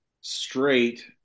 straight